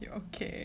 okay